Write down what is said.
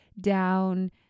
down